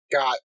got